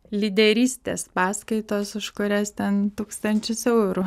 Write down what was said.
lyderystės paskaitos už kurias ten tūkstančius eurų